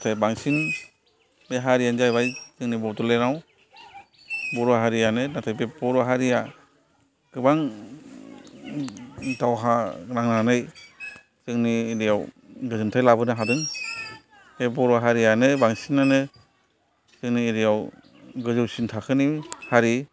नाथाय बांसिन बे हारिआनो जाहैबाय जोंनि बड'लेण्डआव बर' हारियानो नाथाय बे बर' हारिया गोबां दावहा नांनानै जोंनि एरियाव गोजोन्थाय लाबोनो हादों बे बर' हारिआनो बांसिन नानो जोंनि एरियाव गोजौसिन थाखोनि हारि